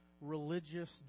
religious